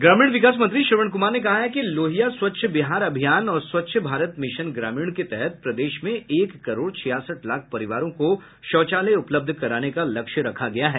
ग्रामीण विकास मंत्री श्रवण कुमार ने कहा है कि लोहिया स्वच्छ बिहार अभियान और स्वच्छ भारत मिशन ग्रामीण के तहत प्रदेश में एक करोड़ छियासठ लाख परिवारों को शौचालय उपलब्ध कराने का लक्ष्य रखा गया है